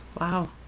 Wow